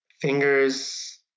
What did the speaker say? fingers